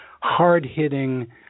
hard-hitting